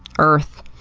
earth,